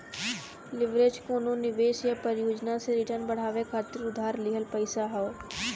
leverage कउनो निवेश या परियोजना से रिटर्न बढ़ावे खातिर उधार लिहल पइसा हौ